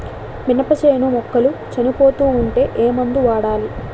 మినప చేను మొక్కలు చనిపోతూ ఉంటే ఏమందు వాడాలి?